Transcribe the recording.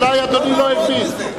אולי אדוני לא הבין,